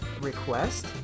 request